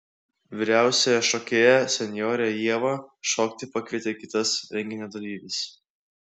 vyriausią šokėją senjorę ievą šokti pakvietė kitas renginio dalyvis